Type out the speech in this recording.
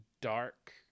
dark